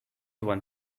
one